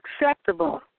acceptable